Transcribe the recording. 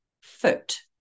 foot